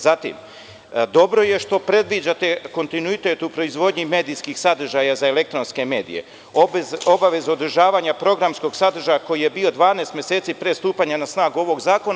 Zatim, dobro je što predviđate kontinuitet u proizvodnji medijskih sadržaja za elektronske medije, obavezu održavanja programskog sadržaja koji je bio 12 meseci pre stupanja na snagu ovog Zakona.